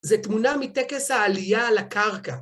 זה תמונה מטקס העלייה לקרקע.